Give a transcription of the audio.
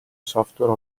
software